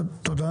תודה.